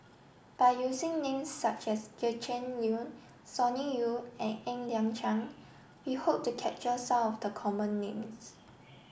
by using names such as Gretchen Liu Sonny Liew and Ng Liang Chiang we hope to capture some of the common names